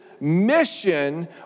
mission